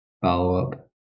follow-up